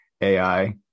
AI